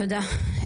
תודה.